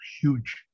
huge